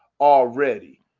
already